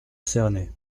cerner